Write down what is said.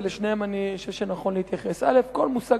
ולשניהם אני חושב שנכון להתייחס: א.